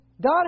God